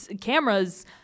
cameras